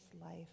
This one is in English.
life